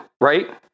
right